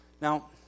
Now